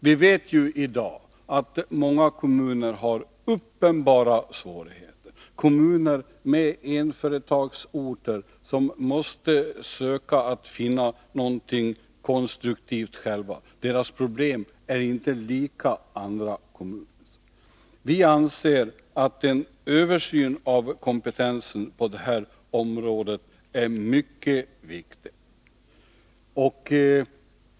Vi vet att många kommuner i dag har uppenbara svårigheter, kommuner med enföretagsorter som själva måste söka finna någonting konstruktivt. Deras problem är inte lika andra kommuners. Vi anser att en översyn av kompetensen på detta område är mycket viktig.